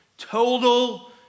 Total